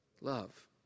love